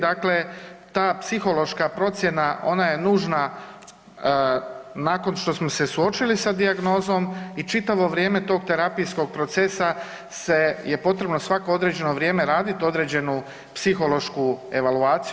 Dakle, ta psihološka procjena ona je nužna nakon što smo se suočili sa dijagnozom i čitavo vrijeme tog terapijskog procesa se, je potrebno svako određeno vrijeme raditi određenu psihološku evaluaciju.